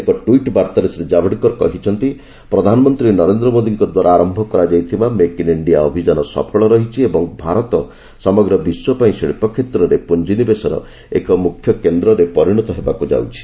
ଏକ ଟ୍ୱିଟ୍ ବାର୍ତ୍ତାରେ ଶ୍ରୀ ଜାବଡେକର କହିଛନ୍ତି ପ୍ରଧାନମନ୍ତ୍ରୀ ନରେନ୍ଦ୍ର ମୋଦୀଙ୍କ ଦ୍ୱାରା ଆରମ୍ଭ କରାଯାଇଥିବା ମେକ୍ ଇନ୍ ଇଣ୍ଡିଆ ଅଭିଯାନ ସଫଳ ରହିଛି ଓ ଭାରତ ସମଗ୍ର ବିଶ୍ୱପାଇଁ ଶିଳ୍ପ କ୍ଷେତ୍ରରେ ପୁଞ୍ଜିନିବେଶର ଏକ ମୁଖ୍ୟ କେନ୍ଦ୍ରରେ ପରିଣତ ହେବାକୁ ଯାଉଛି